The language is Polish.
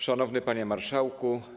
Szanowny Panie Marszałku!